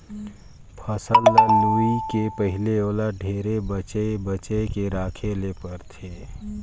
फसल ल लूए के पहिले ओला ढेरे बचे बचे के राखे ले परथे